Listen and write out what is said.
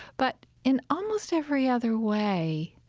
but in almost every other way,